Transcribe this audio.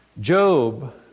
Job